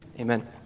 Amen